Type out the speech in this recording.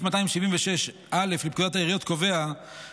אני רוצה להודות למנכ"ל המשרד עו"ד רונן פרץ,